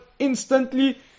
instantly